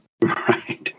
Right